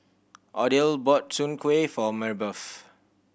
Odile bought Soon Kueh for Marybeth